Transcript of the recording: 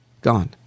Gone